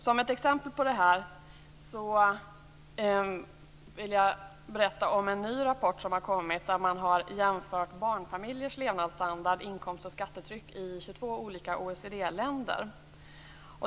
Som ett exempel på det här vill jag berätta om en ny rapport som har kommit. Man har jämfört barnfamiljers levnadsstandard, inkomst och skattetryck i 22 olika OECD-länder.